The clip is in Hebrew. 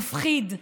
מפחיד,